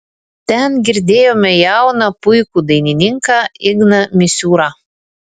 ten girdėjome jauną puikų dainininką igną misiūrą